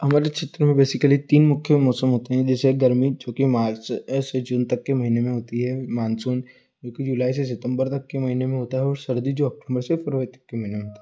हमारे क्षेत्र में बेसिकली तीन मुख्य मौसम होते है जैसे गर्मी जो कि मार्च ऐसे जून तक के महीने में होती है मानसून जोकि जुलाई से सितंबर तक के महीने में होता है और सर्दी जो अक्टूंबर से फरवरी तक के महीने में होता है